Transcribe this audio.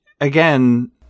again